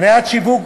על מניעת שיווק